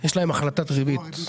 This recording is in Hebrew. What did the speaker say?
יש להם החלטה ריבית,